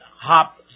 hop